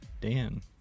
Dan